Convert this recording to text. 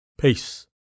Peace